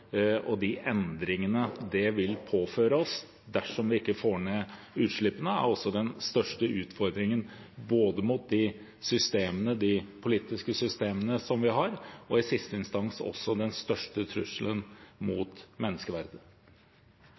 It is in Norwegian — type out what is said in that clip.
De endringene det vil påføre oss dersom vi ikke får ned utslippene, er også den største utfordringen mot de politiske systemene vi har, og i siste instans også den største trusselen mot